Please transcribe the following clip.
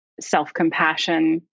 self-compassion